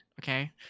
okay